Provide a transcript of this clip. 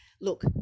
Look